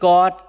God